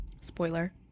spoiler